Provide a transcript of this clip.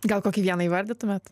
gal kokį vieną įvardytumėt